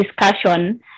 discussion